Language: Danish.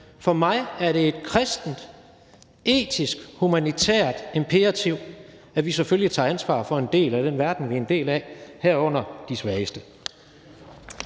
For mig er det et kristent, etisk, humanitært imperativ, at vi selvfølgelig tager ansvar for en del af den verden, vi er en del af, herunder de svageste.